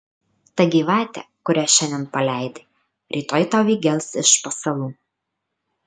ta gyvatė kurią šiandien paleidi rytoj tau įgels iš pasalų